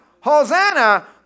Hosanna